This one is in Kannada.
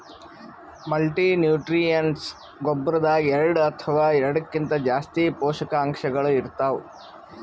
ಮಲ್ಟಿನ್ಯೂಟ್ರಿಯಂಟ್ಸ್ ಗೊಬ್ಬರದಾಗ್ ಎರಡ ಅಥವಾ ಎರಡಕ್ಕಿಂತಾ ಜಾಸ್ತಿ ಪೋಷಕಾಂಶಗಳ್ ಇರ್ತವ್